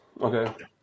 Okay